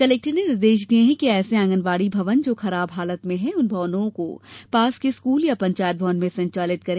collector ने निर्देश दिए कि ऐसे आंगनबाड़ी भवन जो खराब हालत में है उन भवनों को पास के स्कूल या पंचायत भवन में संचालित करें